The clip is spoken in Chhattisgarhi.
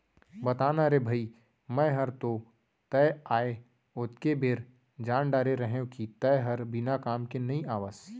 बता ना रे भई मैं हर तो तैं आय ओतके बेर जान डारे रहेव कि तैं हर बिना काम के नइ आवस